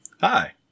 Hi